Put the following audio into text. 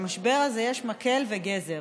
למשבר הזה יש מקל וגזר.